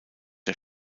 der